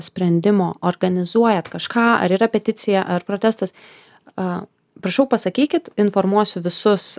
sprendimo organizuojat kažką ar yra peticija ar protestas a prašau pasakykit informuosiu visus